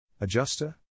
Adjuster